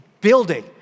building